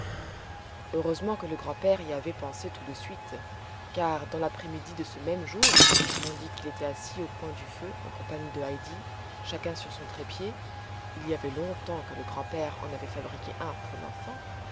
heureusement que le grand-père y avait pensé tout de suite car dans l'après-midi de ce même jour tandis qu'il était assis au coin du feu en compagnie de heidi chacun sur son trépied il y avait longtemps que le grand-père en avait fabriqué un